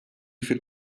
fil